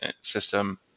system